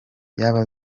yaba